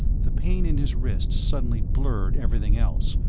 the pain in his wrist suddenly blurred everything else,